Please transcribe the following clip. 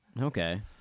Okay